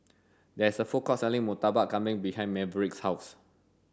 there is a food court selling murtabak kambing behind Maverick's house